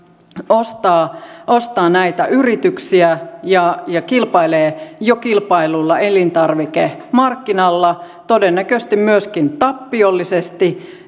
ostaa ostaa näitä yrityksiä ja ja kilpailee jo kilpaillulla elintarvikemarkkinalla todennäköisesti myöskin tappiollisesti